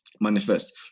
manifest